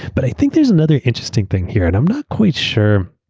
but i think there's another interesting thing here and i'm not quite sure